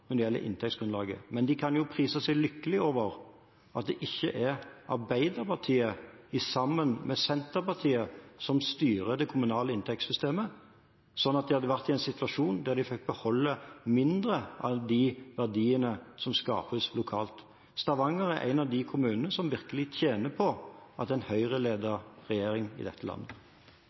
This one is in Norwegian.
når det gjelder inntektsgrunnlaget. Men de kan prise seg lykkelig over at det ikke er Arbeiderpartiet som sammen med Senterpartiet styrer det kommunale inntektssystemet, da hadde de vært i en situasjon der de fikk beholde mindre av verdiene som skapes lokalt. Stavanger er en av kommunene som virkelig tjener på at det er en Høyre-ledet regjering i landet.